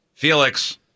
Felix